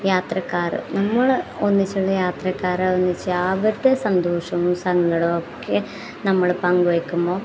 യാത്രക്കാർ നമ്മൾ ഒന്നിച്ചുള്ള യാത്രക്കാർ ഒന്നിച്ച് അവരുടെ സന്തോഷവും സങ്കടവും ഒക്കെ നമ്മൾ പങ്ക് വയ്ക്കുമ്പോൾ